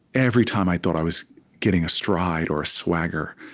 every time i thought i was getting a stride or a swagger,